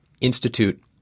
institute